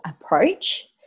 approach